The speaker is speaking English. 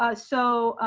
ah so,